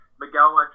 Miguel